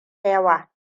yawa